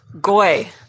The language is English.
Goy